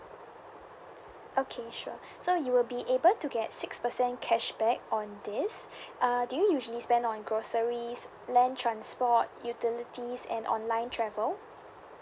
okay sure so you will be able to get six percent cashback on this err do you usually spend on groceries land transport utilities and online travel